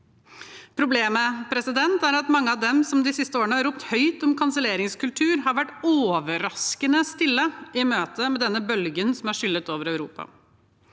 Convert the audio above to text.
Problemet er at mange av dem som de siste årene har ropt høyt om kanselleringskultur, har vært overraskende stille i møte med denne bølgen som har skyllet over Europa.